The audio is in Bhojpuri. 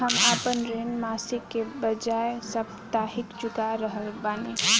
हम आपन ऋण मासिक के बजाय साप्ताहिक चुका रहल बानी